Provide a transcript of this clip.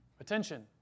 attention